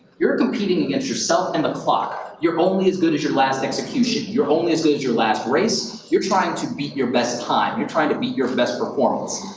you're competing against yourself and the clock. you're only as good as your last execution. you're only as good as your last race. you're trying to beat your best time. you're trying to beat your best performance.